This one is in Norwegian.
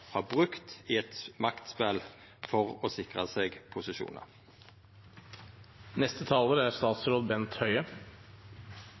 har brukt i eit maktspel for å sikra seg